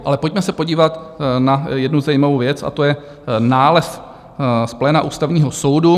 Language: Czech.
Ale pojďme se podívat na jednu zajímavou věc a to je nález z pléna Ústavního soudu.